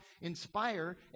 inspire